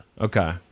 Okay